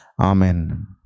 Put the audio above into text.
Amen